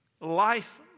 life